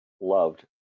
loved